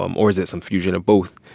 um or is it some fusion of both?